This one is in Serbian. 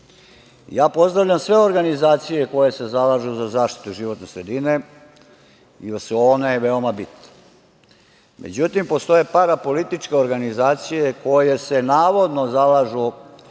Pozdravljam sve organizacije koje se zalažu za zaštitu životne sredine, jer su one veoma bitne.Međutim, postoje parapolitičke organizacije koje se navodno zalažu